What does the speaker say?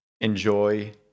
enjoy